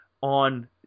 on